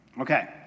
Okay